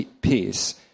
peace